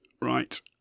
Right